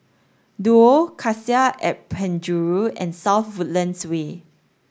Duo Cassia at Penjuru and South Woodlands Way